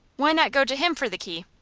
why not go to him for the key?